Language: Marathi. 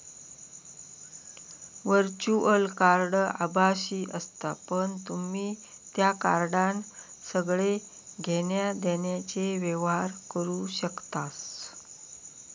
वर्च्युअल कार्ड आभासी असता पण तुम्ही त्या कार्डान सगळे घेण्या देण्याचे व्यवहार करू शकतास